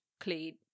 clean